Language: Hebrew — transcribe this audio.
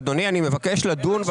הישיבה ננעלה בשעה 15:57.